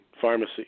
pharmacy